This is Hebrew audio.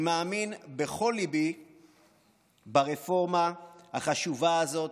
אני מאמין בכל לבי ברפורמה החשובה הזאת,